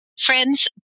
friends